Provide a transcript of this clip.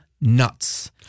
nuts